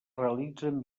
realitzen